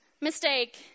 mistake